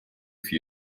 for